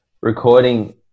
recording